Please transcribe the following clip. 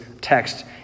text